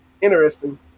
interesting